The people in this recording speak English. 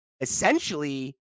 essentially